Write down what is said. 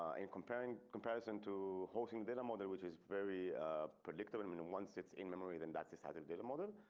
ah in comparing comparing to hosting data model, which is very predictable mean once it's in memory, then that decisive data model.